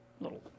little